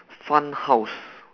fun house